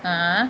ah